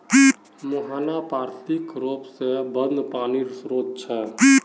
मुहाना पार्श्विक र्रोप से बंद पानीर श्रोत छे